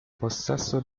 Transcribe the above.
possesso